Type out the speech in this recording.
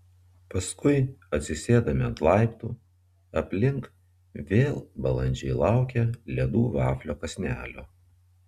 paskui atsisėdame ant laiptų aplink vėl balandžiai laukia ledų vaflio kąsnelio